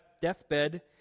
deathbed